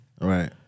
Right